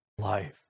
life